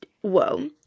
Whoa